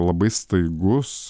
labai staigus